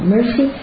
Mercy